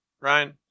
Ryan